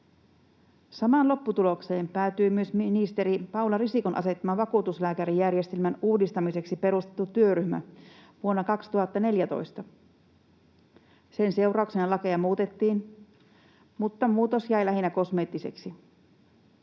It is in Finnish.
Samaan lopputulokseen päätyi ministeri Paula Risikon asettama vakuutuslääkärijärjestelmän uudistamiseksi perustettu työryhmä vuonna 2014. Sen seurauksena lakeja muutettiin, mutta muutos jäi lähinnä kosmeettiseksi.